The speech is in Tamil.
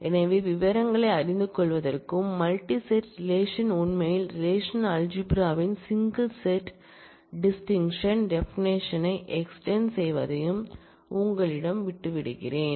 எனவே விவரங்களை அறிந்துகொள்வதற்கும் இந்த மல்டி செட் ரிலேஷன் உண்மையில் ரெலேஷனல்அல்ஜிப்ரா ன் சிங்கள் செட் டிஸ்டிங்க்க்ஷன் டெபானஷன் யை எக்ஸ்டெண்ட் செய்வதையும் நான் உங்களிடம் விட்டு விடுகிறேன்